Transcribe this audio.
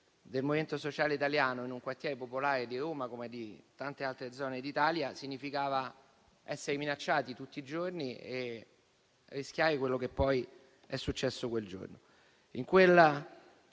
del Movimento Sociale Italiano in un quartiere popolare di Roma, come di tante altre zone d'Italia, significava essere minacciati tutti i giorni e rischiare quello che poi è successo quel giorno.